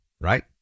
right